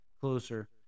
closer